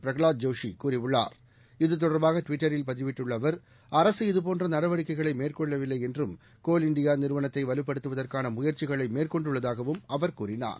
பிரகலாத் ஜோஷிகூறியுள்ளார் இது தொடர்பாகட்விட்டரில் பதிவிட்டுள்ளஅவர் அரசு இது போன்றநடவடிக்கைகளைமேற்கொள்ளவில்லைஎன்றும் கோல் இந்தியாநிறுவனத்தைவலுப்படுத்துவதற்கானமுயற்சிகளைமேற்கொண்டுள்ளதாகவும் கூறினார்